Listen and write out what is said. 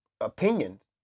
opinions